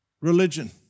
religion